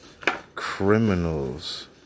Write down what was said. criminals